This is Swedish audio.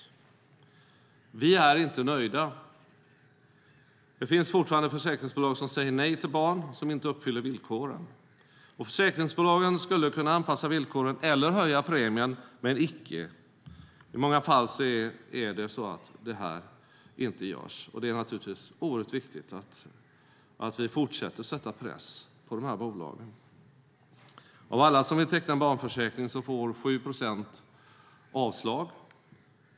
Men vi är inte nöjda. Det finns fortfarande försäkringsbolag som säger nej till barn som inte uppfyller villkoren. Försäkringsbolagen skulle kunna anpassa villkoren eller höja premien, men icke. I många fall görs det inte. Det är naturligtvis oerhört viktigt att vi fortsätter att sätta press på de här bolagen. Av alla som vill teckna en barnförsäkring får 7 procent avslag.